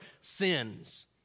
sins